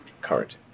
current